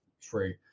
free